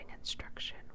instruction